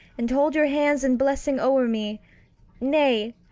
and hold your hands in blessing over me nay.